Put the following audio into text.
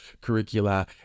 curricula